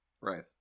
right